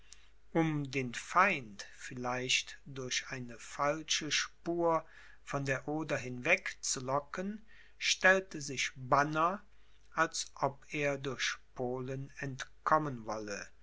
um den feind vielleicht durch eine falsche spur von der oder hinweg zu locken stellte sich banner als ob er durch polen entkommen wollte